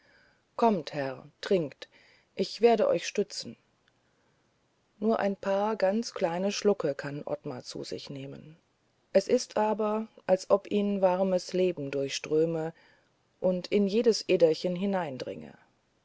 kommt herr trinkt ich werde euch stützen nur ein paar ganz kleine schlucke kann ottmar zu sich nehmen es ist aber als ob ihn warmes leben durchströme und in jedes äderchen hineindringe